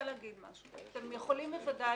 אתם יכולים בוודאי